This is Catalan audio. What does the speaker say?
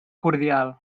cordial